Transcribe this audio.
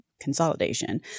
consolidation